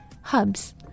Hubs